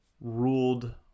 ruled